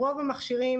רוב המכשירים,